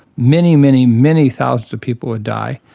many, many, many thousands of people would die,